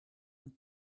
and